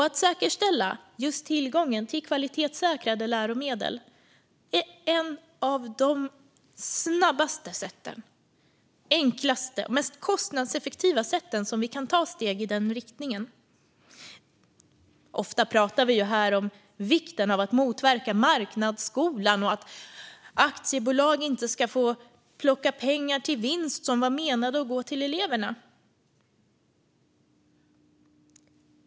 Att säkerställa just tillgången till kvalitetssäkrade läromedel är ett av de snabbaste, enklaste och mest kostnadseffektiva sätten som vi kan ta steg i den riktningen. Ofta pratar vi här om vikten av att motverka marknadsskolan och att aktiebolag inte ska få plocka pengar till vinst av medel som var menade att gå till eleverna.